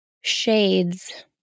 shades